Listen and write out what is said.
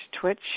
twitch